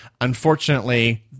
unfortunately